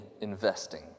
investing